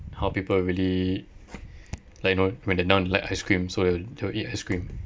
how people really like you know when they like ice cream so they'll they'll eat ice cream